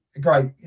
great